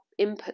inputs